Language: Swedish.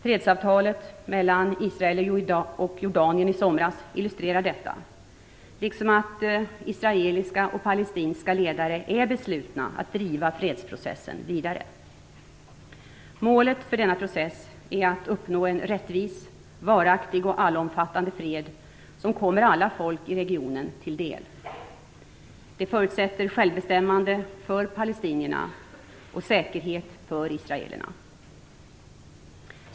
Fredsavtalet mellan Israel och Jordanien i somras illustrerar detta, liksom att israeliska och palestinska ledare är beslutna att driva fredsprocessen vidare. Målet för denna process är att uppnå en rättvis, varaktig och allomfattande fred som kommer alla folk i regionen till del. Det förutsätter självbestämmande för palestinierna och säkerhet för israelerna.